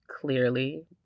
clearly